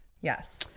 Yes